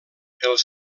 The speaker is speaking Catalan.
els